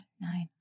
nine